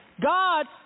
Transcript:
God